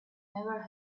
never